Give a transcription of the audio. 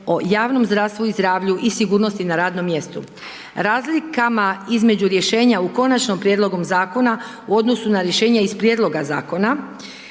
o javnom zdravstvu i zdravlju i sigurnosti na radnom mjestu. Razlikama između rješenja u konačnom prijedlogu zakona u odnosu na rješenja iz prijedloga zakona